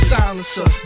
Silencer